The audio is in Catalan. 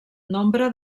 nombre